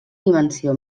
dimensió